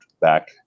back